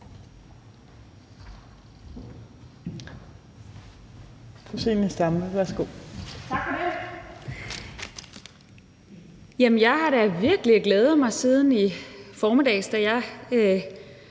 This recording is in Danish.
Jeg har virkelig glædet mig siden i formiddag, hvor jeg